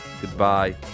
Goodbye